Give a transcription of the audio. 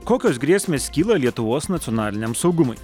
kokios grėsmės kyla lietuvos nacionaliniam saugumui